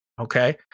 Okay